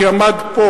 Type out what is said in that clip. כי עמד פה,